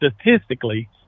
statistically